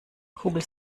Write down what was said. kugel